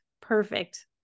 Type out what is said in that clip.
perfect